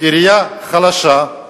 העירייה חלשה,